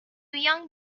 young